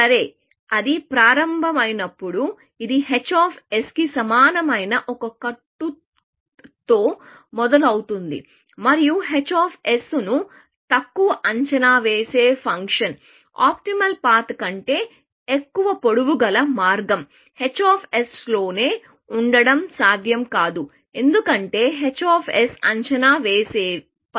సరే అది ప్రారంభమైనప్పుడు ఇది h కి సమానమైన ఒక కట్టుతో మొదలవుతుంది మరియు h ను తక్కువ అంచనా వేసే ఫంక్షన్ ఆప్టిమల్ పాత్ కంటే ఎక్కువ పొడవు గల మార్గం h లోనే ఉండడం సాధ్యం కాదు ఎందుకంటే h అంచనా వేసే పని